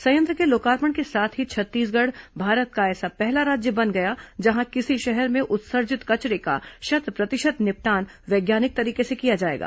संयंत्र के लोकार्पण के साथ ही छत्तीसगढ़ भारत का ऐसा पहला राज्य बन गया जहां किसी शहर में उत्सर्जित कचरे का शत प्रतिशत निपटान वैज्ञानिक तरीके से किया जाएगा